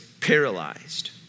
paralyzed